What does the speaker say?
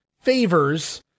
favors